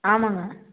ஆமாங்க